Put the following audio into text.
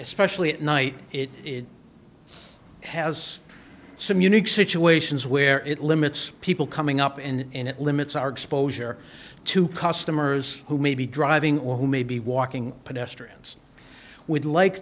especially at night it has some unique situations where it limits people coming up and it limits our exposure to customers who may be driving or who may be walking pedestrians would like